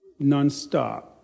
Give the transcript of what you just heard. nonstop